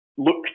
look